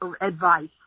advice